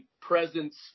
presence